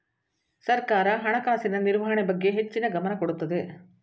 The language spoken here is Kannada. ಸರ್ಕಾರ ಹಣಕಾಸಿನ ನಿರ್ವಹಣೆ ಬಗ್ಗೆ ಹೆಚ್ಚಿನ ಗಮನ ಕೊಡುತ್ತದೆ